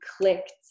clicked